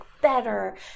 better